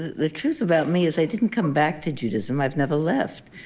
the truth about me is i didn't come back to judaism. i've never left.